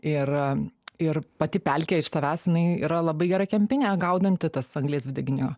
ir ir pati pelkė iš savęs jinai yra labai gera kempinė gaudanti tas anglies dvideginio